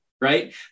right